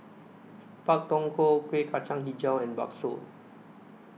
Pak Thong Ko Kueh Kacang Hijau and Bakso